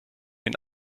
den